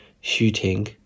shooting